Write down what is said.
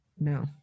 No